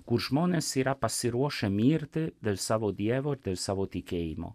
kur žmonės yra pasiruošę mirti dėl savo dievo savo tikėjimo